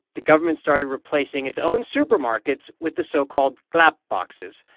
the government started replacing its own supermarkets with the so-called clap boxes,